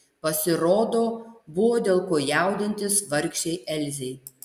pasirodo buvo dėl ko jaudintis vargšei elzei